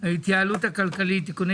ההתייעלות הכלכלית תיקוני